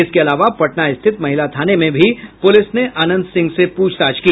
इसके अलावा पटना रिथित महिला थाने में भी पुलिस ने अनंत सिंह प्रछताछ की